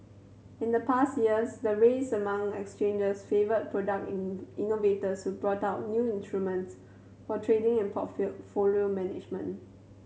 in the past years the race among exchanges favoured product in innovators who brought out new instruments for trading and management